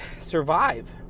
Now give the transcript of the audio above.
survive